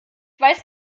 weiß